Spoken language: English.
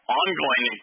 ongoing